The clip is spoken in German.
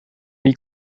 wie